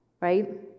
right